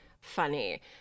funny